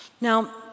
Now